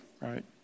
Right